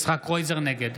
נגד